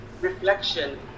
reflection